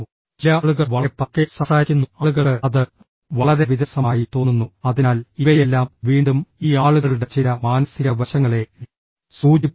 ചില ആളുകൾ വളരെ പതുക്കെ സംസാരിക്കുന്നു ആളുകൾക്ക് അത് വളരെ വിരസമായി തോന്നുന്നു അതിനാൽ ഇവയെല്ലാം വീണ്ടും ഈ ആളുകളുടെ ചില മാനസിക വശങ്ങളെ സൂചിപ്പിക്കുന്നു